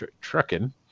trucking